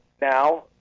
now